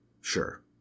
Sure